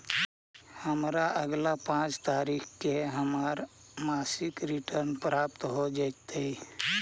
हमरा अगला पाँच तारीख के हमर मासिक रिटर्न प्राप्त हो जातइ